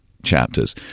chapters